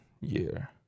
year